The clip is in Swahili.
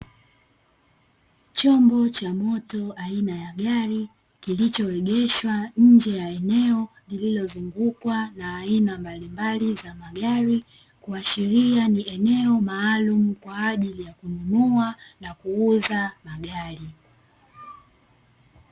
Chombo cha moto aina ya gari kilichoegeshwa nje ya eneo lililo zungukwa na aina mbalimbali za magari, kuashiria ni eneo maalumu kwa ajili ya kununua na kuuza magari.